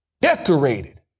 decorated